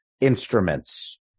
instruments